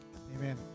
Amen